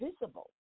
visible